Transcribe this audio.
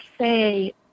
say